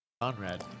Conrad